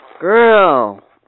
Girl